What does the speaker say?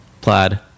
plaid